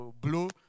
blue